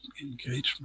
engagement